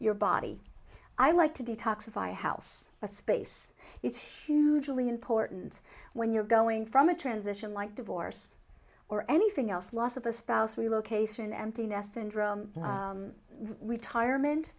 your body i like to detoxify house a space it's hugely important when you're going from a transition like divorce or anything else loss of a spouse relocation empty nest syndrome retirement